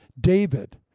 David